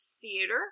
theater